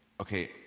okay